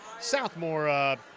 Southmore